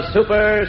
Super